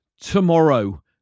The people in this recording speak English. tomorrow